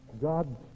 God